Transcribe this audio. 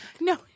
No